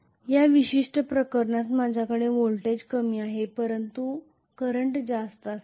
या विशिष्ट प्रकरणात माझ्याकडे व्होल्टेज कमी आहे परंतु करंट जास्त असेल